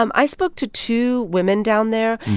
um i spoke to two women down there.